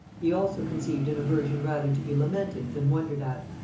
he also conceived an aversion rather to be lamented than wondered at.